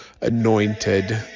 anointed